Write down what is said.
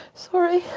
sorry.